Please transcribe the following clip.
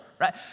right